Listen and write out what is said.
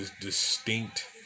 distinct